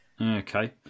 Okay